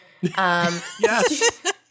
Yes